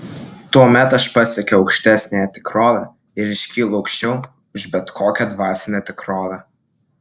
tuomet aš pasiekiu aukštesniąją tikrovę ir iškylu aukščiau už bet kokią dvasinę tikrovę